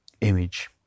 image